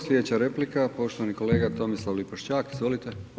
Sljedeća replika, poštovani kolega Tomislav Lipošćak, izvolite.